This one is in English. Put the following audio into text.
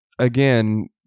again